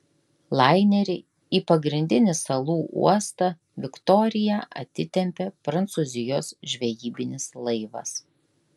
lainerį į pagrindinį salų uostą viktoriją atitempė prancūzijos žvejybinis laivas